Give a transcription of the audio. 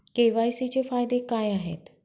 KYC चे फायदे काय आहेत?